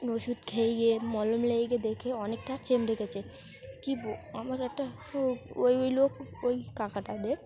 ওষুধ খেয়ে মলম লাগিয়ে দেখি অনেকটা ডেকেছে কী আমার একটা ওই ওই লোক ওই কাকাদের